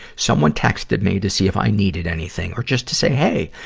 someone texted me to see if i needed anything or just to say, hey,